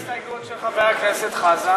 מה עם ההסתייגות של חבר הכנסת חזן?